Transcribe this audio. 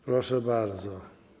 Proszę bardzo.